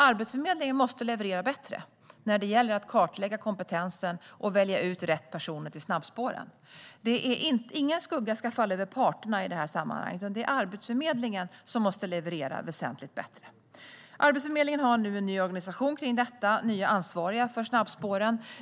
Arbetsförmedlingen måste leverera bättre när det gäller att kartlägga kompetensen och välja ut rätt personer till snabbspåren. Ingen skugga ska falla över parterna i det här sammanhanget, utan det är Arbetsförmedlingen som måste leverera väsentligt mycket bättre. Arbetsförmedlingen har nu en ny organisation kring detta och nya ansvariga för snabbspåren.